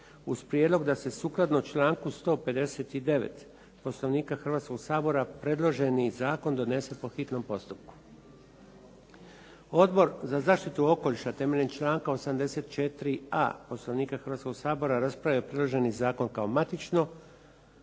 uz prijedlog da se sukladno članku 159. Poslovnika Hrvatskoga sabora predloženi zakon donese po hitnom postupku. Odbor za zaštitu okoliša temeljem članka 84.a Poslovnika Hrvatskoga sabora raspravio je predloženi zakon kao matično